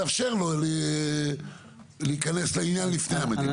לאפשר לו להיכנס לעניין לפני המדינה.